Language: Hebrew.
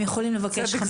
הם יכולים לבקש 50 ש"ח.